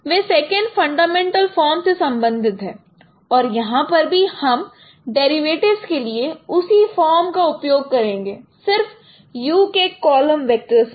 वह second fundamental form से संबंधित है और यहां पर भी हम डेरिवेटिव्स के लिए उसी फॉर्म का उपयोग करेंगे सिर्फ u के कॉलम वेक्टर्स पर